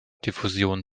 diffusion